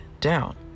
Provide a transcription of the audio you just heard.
down